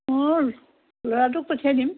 মোৰ ল'ৰাটোক পঠিয়াই দিম